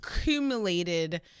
accumulated